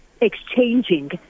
exchanging